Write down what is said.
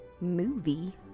movie